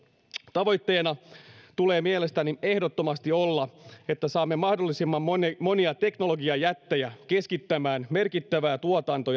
tavoitteena tulee mielestäni ehdottomasti olla että saamme mahdollisimman monia monia teknologiajättejä keskittämään merkittävää tuotanto